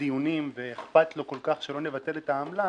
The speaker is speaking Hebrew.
הדיונים ואכפת להם כל כך שלא נבטל את העמלה,